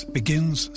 begins